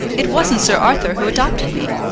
it wasn't sir arthur who adopted me.